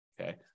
Okay